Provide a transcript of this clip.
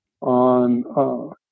on